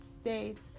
States